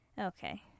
Okay